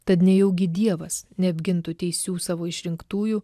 tad nejaugi dievas neapgintų teisių savo išrinktųjų